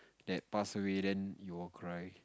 that pass away then you will cry